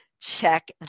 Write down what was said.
Check